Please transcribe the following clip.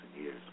years